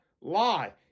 lie